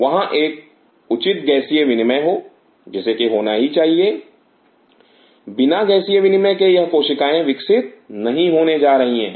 वहां एक उचित गैसीय विनिमय हो जिसे कि होना ही चाहिए बिना गैसीय विनिमय के यह कोशिकाएं विकसित नहीं होने जा रही हैं